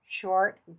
short